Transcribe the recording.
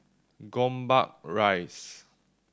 Gombak Rise